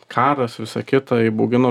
karas visa kita įbaugino